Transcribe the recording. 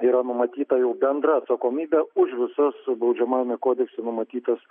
yra numatyta jau bendra atsakomybė už visas baudžiamajame kodekse numatytas